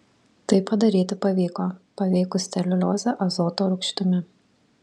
tai padaryti pavyko paveikus celiuliozę azoto rūgštimi